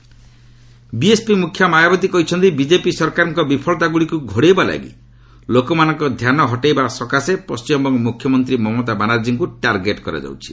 Mayawati W B BSP ମୁଖ୍ୟ ମାୟାବତୀ କହିଛନ୍ତି BJP ସରକାରଙ୍କ ବିଫଳତାଗୁଡ଼ିକୁ ଘୋଡ଼ାଇବା ଲାଗି ଲୋକମାନଙ୍କ ଧ୍ୟାନ ହଟାଇବା ଲକ୍ଷ୍ୟରେ ପଣ୍ଟିମବଙ୍ଗ ମୁଖ୍ୟମନ୍ତ୍ରୀ ମମତା ବାନାର୍ଜୀଙ୍କୁ ଟାର୍ଗେଟ୍ କରାଯାଉଛି